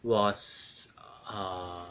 was err